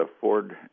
Ford